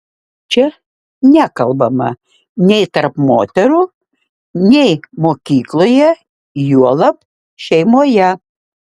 čia nekalbama nei tarp moterų nei mokykloje juolab šeimoje